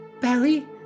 Barry